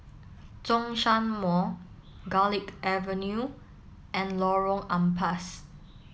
Zhongshan Mall Garlick Avenue and Lorong Ampas